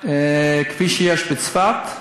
כפי שיש בצפת,